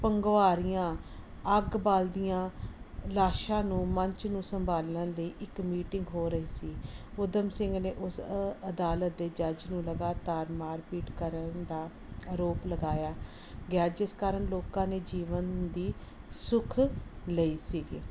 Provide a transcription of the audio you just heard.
ਪੰਗਵਾਰੀਆਂ ਅੱਗ ਬਲਦੀਆਂ ਲਾਸ਼ਾਂ ਨੂੰ ਮੰਚ ਨੂੰ ਸੰਭਾਲਣ ਲਈ ਇੱਕ ਮੀਟਿੰਗ ਹੋ ਰਹੀ ਸੀ ਊਧਮ ਸਿੰਘ ਨੇ ਉਸ ਅ ਅਦਾਲਤ ਦੇ ਜੱਜ ਨੂੰ ਲਗਾਤਾਰ ਮਾਰਪੀਟ ਕਰਨ ਦਾ ਆਰੋਪ ਲਗਾਇਆ ਗਿਆ ਜਿਸ ਕਾਰਨ ਲੋਕਾਂ ਨੇ ਜੀਵਨ ਦੀ ਸੁੱਖ ਲਈ ਸੀਗੀ